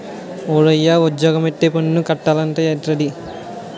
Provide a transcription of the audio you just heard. ఓరయ్యా ఉజ్జోగమొత్తే పన్ను కట్టాలట ఏట్రది